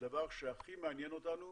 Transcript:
הדבר שהכי מעניין אותנו